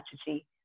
strategy